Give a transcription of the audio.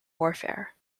warfare